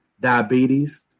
diabetes